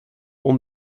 hon